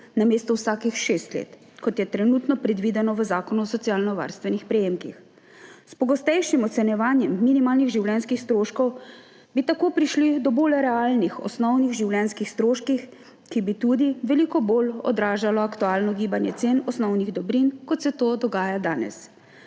namesto vsakih šest let, kot je trenutno predvideno v Zakonu o socialno varstvenih prejemkih. S pogostejšim ocenjevanjem minimalnih življenjskih stroškov bi tako prišli do bolj realnih osnovnih življenjskih stroškov, kar bi tudi veliko bolj odražalo aktualno gibanje cen osnovnih dobrin, kot se to dogaja danes.